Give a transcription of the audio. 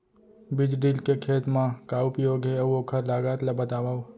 बीज ड्रिल के खेत मा का उपयोग हे, अऊ ओखर लागत ला बतावव?